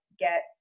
Get